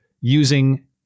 using